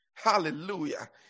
Hallelujah